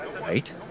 Right